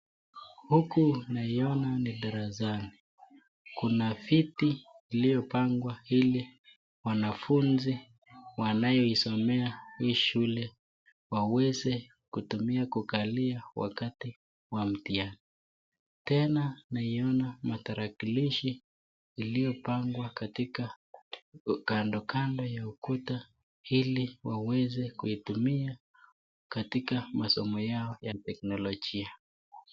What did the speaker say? Huku naiona ni darasani. Kuna viti iliyopangwa ili wanafunzi wanaoisomea hii shule waweze kutumia kukalia wakati wa mtihani. Tena naiona matarakilishi iliyopangwa katika kando kando ya ukuta hii ili waweze kuitumia katika masomo yao ya teknologia.